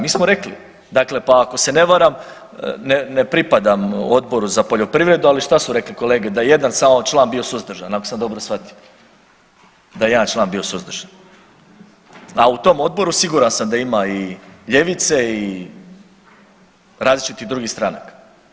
Mi smo rekli, dakle pa ako se ne varam ne pripadam Odboru za poljoprivredu, ali šta su rekli kolege da jedan samo član je bio samo suzdržan ako sam dobro shvatio, da je jedan član bio suzdržan, a u tom odboru siguran sam da ima i ljevice i različitih drugih stranaka.